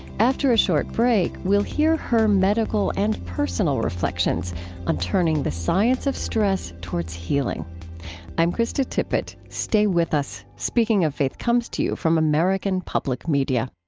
after a short break, we'll hear her medical and personal reflections on turning the science of stress towards healing i'm krista tippett. stay with us. speaking of faith comes to you from american public media